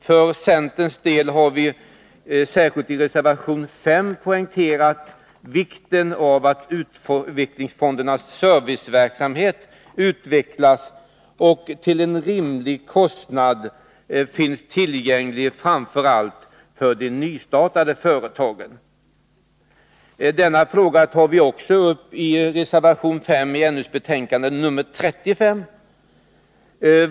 För centerns del har vi särskilt i reservation 5 poängterat vikten av att utvecklingsfondernas serviceverksamhet utvecklas och till rimlig kostnad blir tillgänglig framför allt för de nystartade företagen. Denna fråga tar vi också upp i reservation 5 i näringsutskottets betänkande nr 35.